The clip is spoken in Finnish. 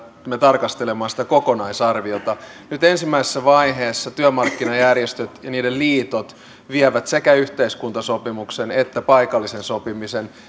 tarkastelemaan sitä kokonaisarviota nyt ensimmäisessä vaiheessa työmarkkinajärjestöt ja niiden liitot vievät sekä yhteiskuntasopimuksen että paikallisen sopimisen